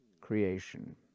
creation